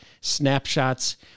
snapshots